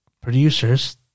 producers